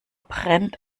brennt